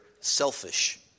selfish